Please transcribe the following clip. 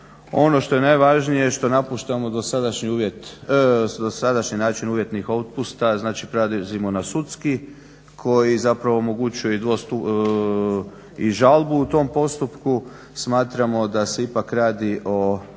Ono što je najvažnije što napuštamo dosadašnji način uvjetnih otpusta znači prelazimo na sudski koji zapravo omogućuje i žalbu u tom postupku. smatramo da se ipak radi o